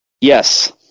Yes